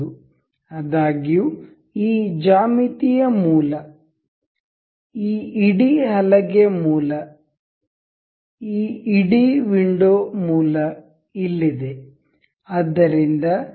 ಆದಾಗ್ಯೂ ಈ ಜ್ಯಾಮಿತಿಯ ಮೂಲ ಈ ಇಡೀ ಹಲಗೆ ಮೂಲ ಈ ಇಡೀ ವಿಂಡೋ ಮೂಲ ಇಲ್ಲಿದೆ